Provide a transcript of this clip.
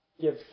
give